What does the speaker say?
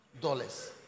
dollars